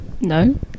No